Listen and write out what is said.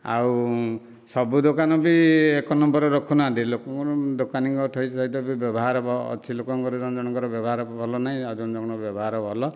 ଆଉ ସବୁ ଦୋକାନ ବି ଏକ ନମ୍ବର ରଖୁନାହାନ୍ତି ଲୋକଙ୍କର ଦୋକାନୀ ସହିତ ବ୍ୟବହାର ଅଛି ଲୋକଙ୍କର ଜଣ ଜଣଙ୍କର ବ୍ୟବହାର ଭଲ ନାହିଁ ଆଉ ଜଣ ଜଣଙ୍କର ବ୍ୟବହାର ଭଲ